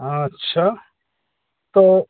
अच्छा तो